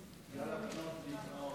(תיקון מס' 40),